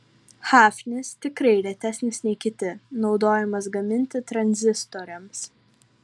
hafnis tikrai retesnis nei kiti naudojamas gaminti tranzistoriams